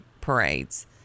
parades